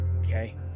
Okay